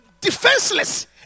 defenseless